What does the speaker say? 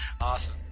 Awesome